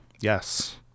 Yes